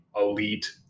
elite